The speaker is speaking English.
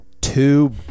two